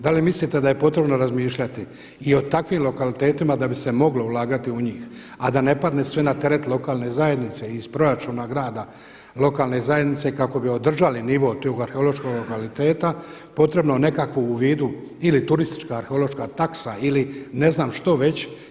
Da li mislite da je potrebno razmišljati i o takvim lokalitetima da bi se moglo ulagati u njih a da ne padne sve na teret lokalne zajednice i iz proračuna grada, lokalne zajednice kako bi održali nivo tog arheološkog lokaliteta potrebno nekako u vidu ili turistička arheološka taksa ili ne znam što već.